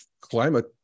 climate